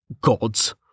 Gods